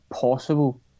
possible